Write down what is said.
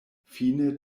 fine